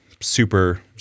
super